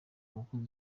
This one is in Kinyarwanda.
mukozi